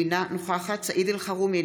אינה נוכחת סעיד אלחרומי,